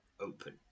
open